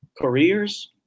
careers